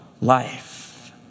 life